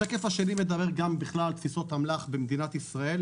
השקף השני מדבר בכלל על תפיסות אמל"ח במדינת ישראל.